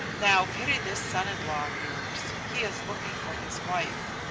now pity this son-in-law of yours. he is looking for his wife.